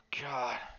God